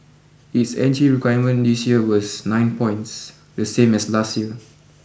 its entry requirement this year was nine points the same as last year